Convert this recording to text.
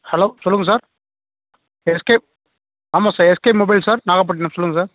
hello சொல்லுங்கள் sir S K ஆமாம் sir S K mobile sir Nagapattinam சொல்லுங்கள் சார்